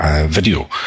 video